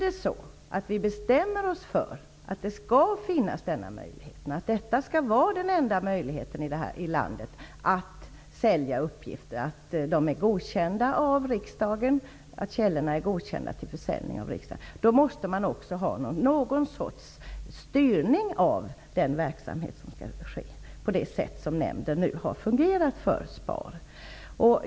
Men om vi bestämmer oss för att denna enda möjlighet skall finnas, nämligen att sälja uppgifter från källor som är godkända av riksdagen, måste det också finnas ett slags styrning av den verksamhet som skall ske, på ett sätt som nämnden nu fungerat för SPAR.